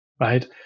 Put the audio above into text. right